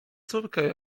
córkę